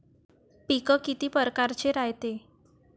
पिकं किती परकारचे रायते?